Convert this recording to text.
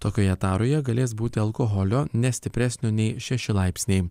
tokioje taroje galės būti alkoholio ne stipresnio nei šeši laipsniai